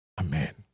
Amen